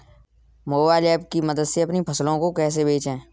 Mobile app की मदद से अपनी फसलों को कैसे बेचें?